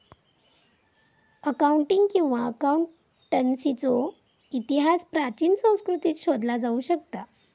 accounting किंवा अकाउंटन्सीचो इतिहास प्राचीन संस्कृतींत शोधला जाऊ शकता